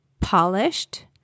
polished